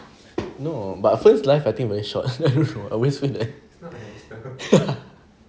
no but first life I think very short always wilt leh